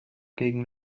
gegen